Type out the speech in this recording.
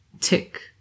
Tick